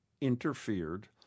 interfered